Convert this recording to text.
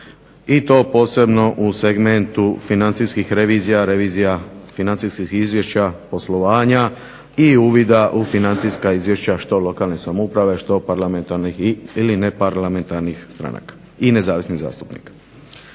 i to posebno u segmentu financijskih revizija, revizija financijskih izvješća poslovanja i uvida u financijska izvješća što lokalne samouprave što parlamentarnih ili neparlamentarnih stranaka i nezavisnih zastupnika.